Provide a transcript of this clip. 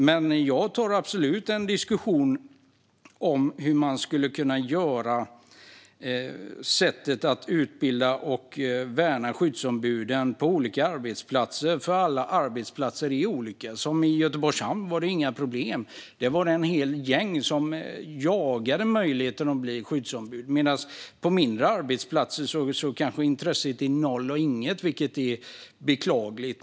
Men jag tar gärna en diskussion om vad man skulle kunna göra för att utbilda och värna skyddsombuden på olika arbetsplatser. Alla arbetsplatser är ju olika. I Göteborgs hamn till exempel var det inga problem. Där var det ett helt gäng som jagade möjligheten att bli skyddsombud. Men på mindre arbetsplatser kanske intresset är noll och intet, vilket är beklagligt.